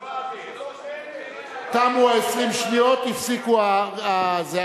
למצוא חן בעיני, תמו 20 השניות, הפסיקו הזעקות.